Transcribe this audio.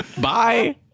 bye